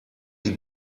die